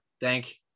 thank